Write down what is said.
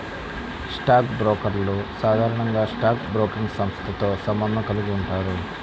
stock బ్రోకర్లు సాధారణంగా stock broking సంస్థతో సంబంధం కలిగి ఉంటారు